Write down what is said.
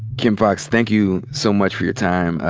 kim foxx, thank you so much for your time.